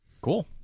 cool